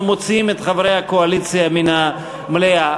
מוציאים את חברי הקואליציה מן המליאה.